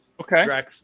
Okay